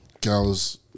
girls